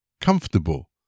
comfortable